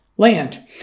land